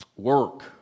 Work